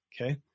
Okay